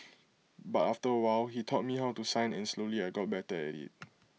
but after A while he taught me how to sign and slowly I got better at IT